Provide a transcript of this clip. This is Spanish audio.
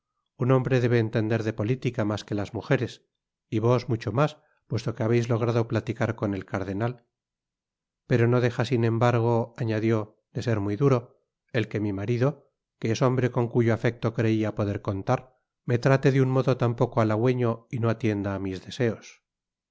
un hombre debe entender de política mas que las mujeres y vos mucho mas puesto que habeis logrado platicar con el cardenal pero no deja sin embargo añadió de ser muy duro el que mi marido que es hombre con cuyo afecto creia poder contar me trate de un modo tan poco athagüeño y no atienda á mis deseos